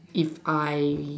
if I